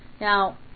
Now